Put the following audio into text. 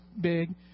big